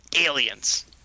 aliens